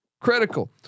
critical